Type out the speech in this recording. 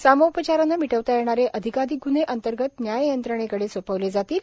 सामोपचाराने मिटवता येणारे अधिकाधिक ग्न्हे अंतर्गत न्याय यंत्रणेकडे सोपविले जातील